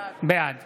בעד